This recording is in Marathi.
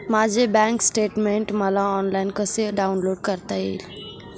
माझे बँक स्टेटमेन्ट मला ऑनलाईन कसे डाउनलोड करता येईल?